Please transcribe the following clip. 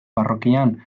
parrokian